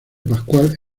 pascual